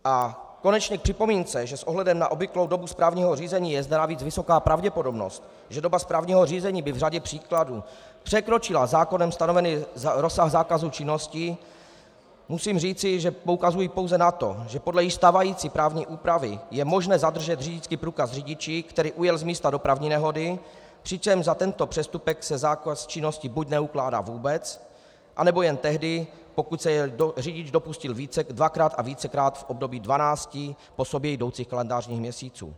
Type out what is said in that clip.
A konečně připomínce, že s ohledem na obvyklou dobu správního řízení je zde navíc vysoká pravděpodobnost, že doba správního řízení by v řadě případů překročila zákonem stanovený rozsah zákazu činnosti, musím říci, že poukazuji pouze na to, že již podle stávající právní úpravy je možné zadržet řidičský průkaz řidiči, který ujel z místa dopravní nehody, přičemž za tento přestupek se zákaz činnosti buď neukládá vůbec, anebo jen tehdy, pokud se jej řidič dopustil dvakrát a vícekrát v období 12 po sobě jdoucích kalendářních měsíců.